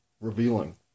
revealing